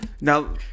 Now